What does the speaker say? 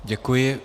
Děkuji.